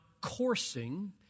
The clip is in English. coursing